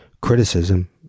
criticism